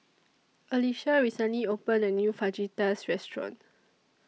Alicia recently opened A New Fajitas Restaurant